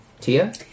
Tia